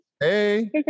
Hey